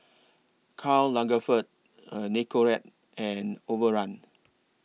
Karl Lagerfeld Nicorette and Overrun